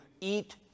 eat